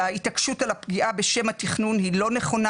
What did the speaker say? וההתעקשות על הפגיעה בשם התכנון היא לא נכונה